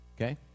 okay